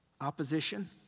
Opposition